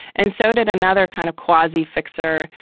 and so did another kind of quasi fixer,